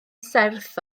serth